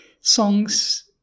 songs